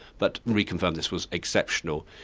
but reconfirmed this was exceptional.